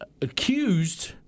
accused